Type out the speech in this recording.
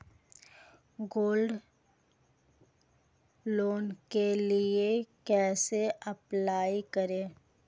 Gold loan के लिए कैसे अप्लाई करें?